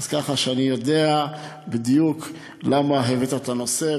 ככה שאני יודע בדיוק למה העלית את הנושא,